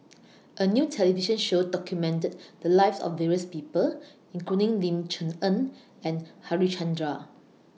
A New television Show documented The Lives of various People including Ling Cher Eng and Harichandra